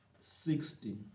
sixty